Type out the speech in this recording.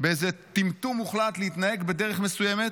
באיזה טמטום מוחלט להתנהג בדרך מסוימת.